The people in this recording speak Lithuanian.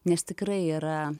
nes tikrai yra